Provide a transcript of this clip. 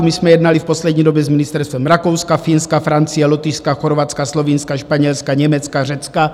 My jsme jednali v poslední době s ministerstvem Rakouska, Finska, Francie, Lotyšska, Chorvatska, Slovinska, Španělska, Německa, Řecka.